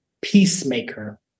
Peacemaker